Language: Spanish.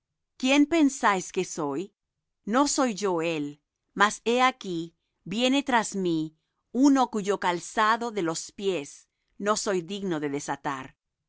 quién pensáis que soy no soy yo él mas he aquí viene tras mí uno cuyo calzado de los pies no soy digno de desatar